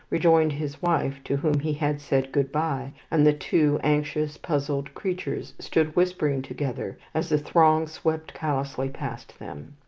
rejoined his wife to whom he had said good-bye, and the two anxious, puzzled creatures stood whispering together as the throng swept callously past them.